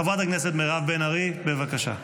חברת הכנסת מירב בן ארי, בבקשה.